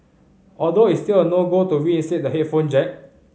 although it's still a no go to reinstate the headphone jack